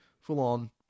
full-on